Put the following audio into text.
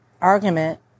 argument